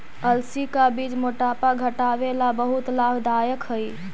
अलसी का बीज मोटापा घटावे ला बहुत लाभदायक हई